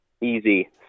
Easy